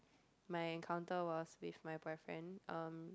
my encounter was with my boyfriend um